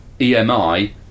EMI